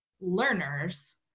learners